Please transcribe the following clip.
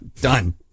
done